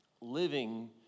living